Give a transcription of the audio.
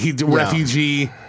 Refugee